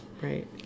right